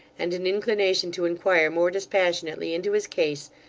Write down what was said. and an inclination to inquire more dispassionately into his case,